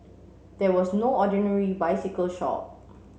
there was no ordinary bicycle shop